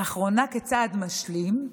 לאחרונה, כצעד משלים,